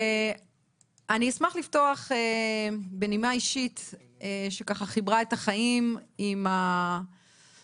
אני אשמח לפתוח בנימה אישית שככה חיברה את החיים עם הרגש,